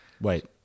Wait